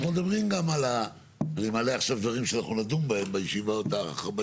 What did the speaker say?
אנחנו מדברים עכשיו גם על מלא דברים שנדון בישיבה הזאת,